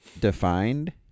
defined